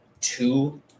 two